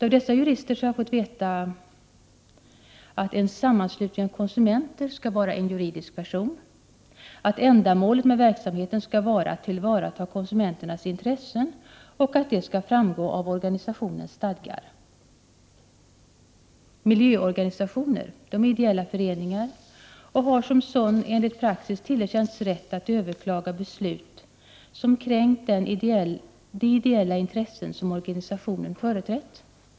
Av dessa jurister har jag fått veta att ”en sammanslutning av konsumenter” skall vara en juridisk person, att ändamålet med verksamheten skall vara att tillvarata konsumenternas intressen och att det skall framgå av organisationens stadgar. Miljöorganisationer är ideella föreningar och har som sådana enligt praxis tillerkänts rätt att överklaga beslut som kränkt de ideella intressen som organisationen företrätt.